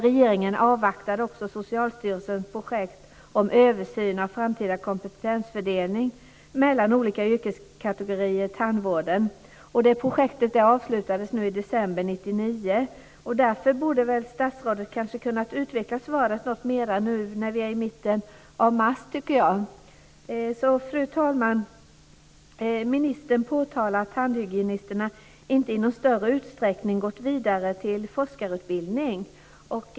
Regeringen avvaktade också Socialstyrelsens projekt om en översyn av framtida kompetensfördelning mellan olika yrkeskategorier i tandvården. Det projektet avslutades nu i december 1999. Därför tycker jag kanske att statsrådet borde ha kunnat utvecklat svaret något mer nu när vi är i mitten av mars. Fru talman! Ministern påtalar att tandhygienisterna inte i någon större utsträckning gått vidare till forskarutbildning.